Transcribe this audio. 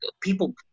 People